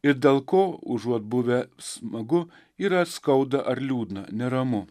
ir dėl ko užuot buvę smagu yra skauda ar liūdna neramu